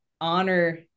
honor